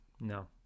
no